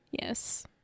yes